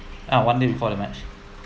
ah one day before the match